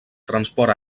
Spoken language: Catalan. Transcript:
transport